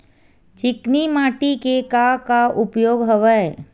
चिकनी माटी के का का उपयोग हवय?